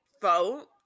vote